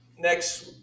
next